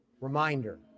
Reminder